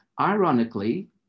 ironically